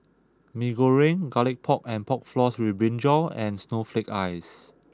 Mee Goreng Garlic Pork and Pork Floss With Brinjal and Snowflake Ice